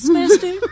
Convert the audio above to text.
Master